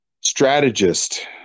strategist